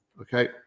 okay